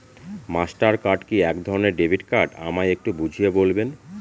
Master card কি একধরণের debit card আমায় একটু বুঝিয়ে বলবেন?